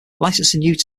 licensed